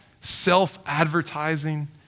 self-advertising